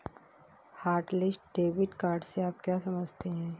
Hotlist debit card से आप क्या समझते हैं?